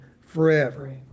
forever